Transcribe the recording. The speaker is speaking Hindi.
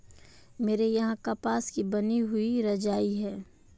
मेरे यहां कपास की बनी हुई रजाइयां है